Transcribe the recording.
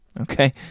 okay